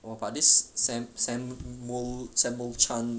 !wah! but this sam sam mu~ sammuel chan